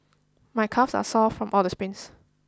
my calves are sore from all the sprints